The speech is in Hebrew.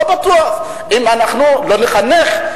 אם אנחנו לא נחנך,